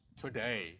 today